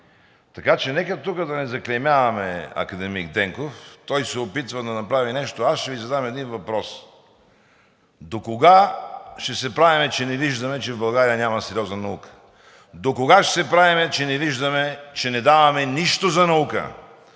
така че нека тук да не заклеймяваме академик Денков. Той се опитва да направи нещо. Аз ще Ви задам един въпрос: докога ще се правим, че не виждаме, че в България няма сериозна наука; докога ще се правим, че не виждаме, че не даваме нищо за наука;